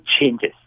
changes